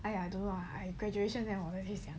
!aiya! I don't know !aiya! graduations then 我再去想啊